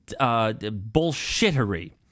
bullshittery